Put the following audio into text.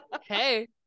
Hey